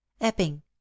epping